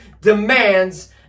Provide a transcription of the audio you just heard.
demands